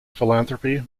philanthropy